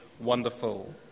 wonderful